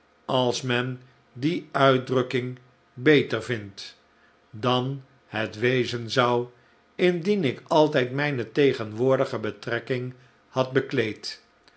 als men die uitdrukking beter vindt dan het wezen zou indien ik altijd mijne tegenwoordige betrekking had bekleed